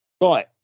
Right